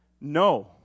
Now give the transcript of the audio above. no